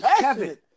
Kevin